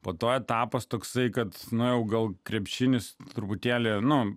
po to etapas toksai kad na jau gal krepšinis truputėlį nu